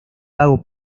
pago